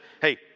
hey